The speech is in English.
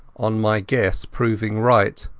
on my guess proving right.